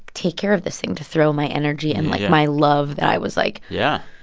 take care of this thing, to throw my energy and, like, my love that i was, like. yeah.